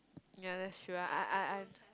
yea that's true I I I